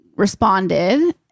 responded